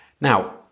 Now